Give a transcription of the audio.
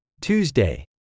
Tuesday